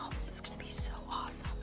this is gonna be so awesome.